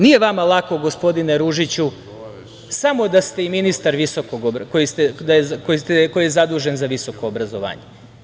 Nije vama lako, gospodine Ružiću, samo da ste i ministar koji je zadužen za visoko obrazovanje.